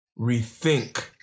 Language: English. rethink